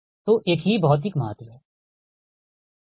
तो एक ही भौतिक महत्व हैठीक है